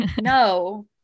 no